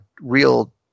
real